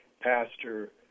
pastor